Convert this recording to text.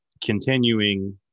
continuing